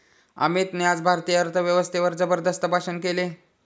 अमितने आज भारतीय अर्थव्यवस्थेवर जबरदस्त भाषण केले